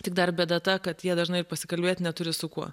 tik dar bėda ta kad jie dažnai pasikalbėti neturi su kuo